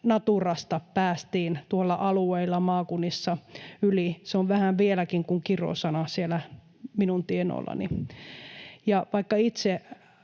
Naturasta päästiin alueilla, maakunnissa yli. Se on vieläkin vähän kuin kirosana siellä minun tienoillani. Ja vaikka itse